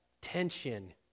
tension